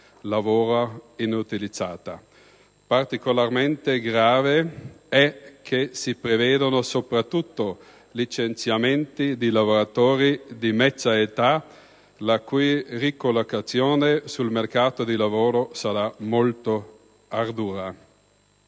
lavoro inutilizzata. Particolarmente grave è che si prevedono soprattutto licenziamenti di lavoratori di mezza età la cui ricollocazione sul mercato del lavoro sarà molto ardua.